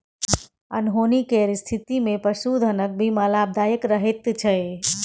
अनहोनी केर स्थितिमे पशुधनक बीमा लाभदायक रहैत छै